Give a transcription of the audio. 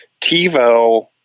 TiVo